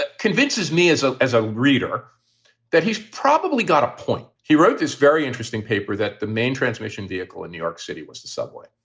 ah convinces me as a as a reader that he's probably got a point. he wrote this very interesting paper that the main transmission vehicle in new york city was the subway.